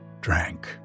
drank